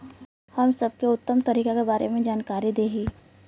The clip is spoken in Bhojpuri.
हम सबके उत्तम तरीका के बारे में जानकारी देही?